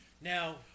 Now